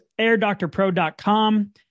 airdoctorpro.com